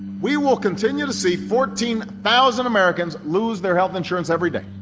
we will continue to see fourteen thousand americans lose their health insurance every day.